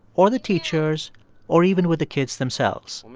or the teachers or even with the kids themselves.